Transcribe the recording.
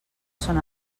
són